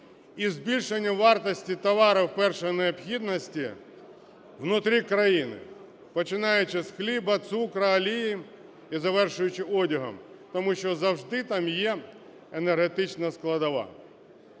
і збільшення вартості товарів першої необхідності внутрі країни, починаючи з хліба, цукру, олії і завершуючи одягом, тому що завжди там є енергетична складова.